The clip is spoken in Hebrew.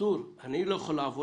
אני יכול לומר